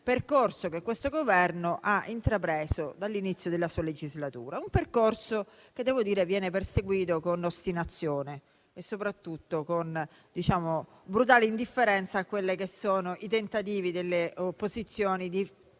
percorso che questo Governo ha intrapreso dall'inizio della sua legislatura: un percorso che, devo dire, viene perseguito con ostinazione e soprattutto con brutale indifferenza a quelli che sono i tentativi delle opposizioni di